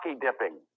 dipping